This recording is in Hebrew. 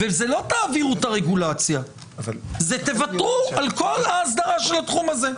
ולוותר על כל האסדרה של התחום הזה.